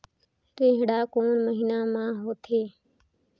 रेहेण कोन महीना म होथे?